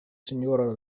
sinjoro